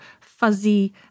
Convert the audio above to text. fuzzy